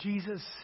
Jesus